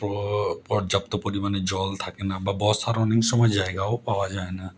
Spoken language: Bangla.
পর্যাপ্ত পরিমাণে জল থাকে না বা বসার অনেক সময় জায়গাও পাওয়া যায় না